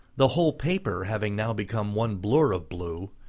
the whole paper having now become one blur of blue,